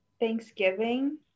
Thanksgiving